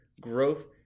growth